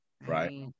right